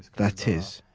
that is,